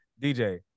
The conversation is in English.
dj